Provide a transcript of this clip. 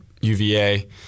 UVA